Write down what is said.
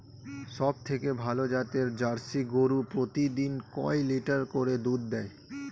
সবথেকে ভালো জাতের জার্সি গরু প্রতিদিন কয় লিটার করে দুধ দেয়?